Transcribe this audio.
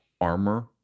armor